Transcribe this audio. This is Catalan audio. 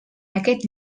aquest